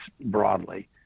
broadly